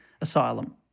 asylum